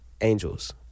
Angels